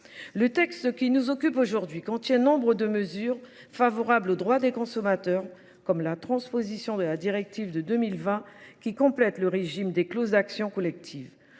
Le texte qui nous occupe aujourd’hui contient nombre de mesures favorables au droit des consommateurs, comme la transposition de la directive de 2020 qui complète le régime des clauses d’action collective,